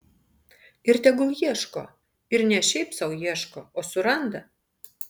ir tegul ieško ir ne šiaip sau ieško o suranda